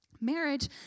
Marriage